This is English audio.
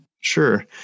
Sure